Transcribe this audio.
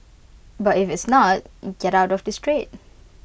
but if it's not get out of this trade